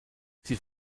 sie